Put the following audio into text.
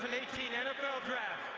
eighteen nfl draft